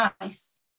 nice